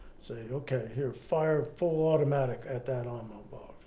say, okay here fire full automatic at that um